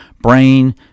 brain